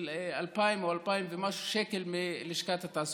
של 2,000 או 2,000 ומשהו שקל מלשכת התעסוקה.